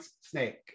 Snake